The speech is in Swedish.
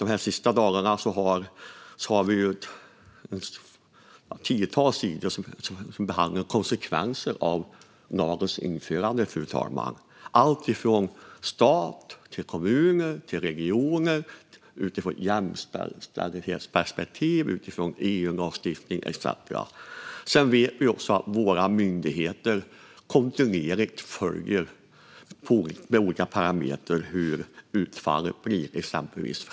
De senaste dagarna vi sett ett tiotal sidor om konsekvenser av lagens införande. Det gäller allt från stat, kommuner och regioner till jämställdhetsperspektiv och EU-lagstiftning etcetera. Sedan vet vi också att våra myndigheter, exempelvis Försäkringskassan, kontinuerligt följer med olika parametrar hur utfallet blir.